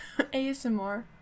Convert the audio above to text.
ASMR